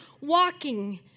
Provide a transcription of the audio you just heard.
walking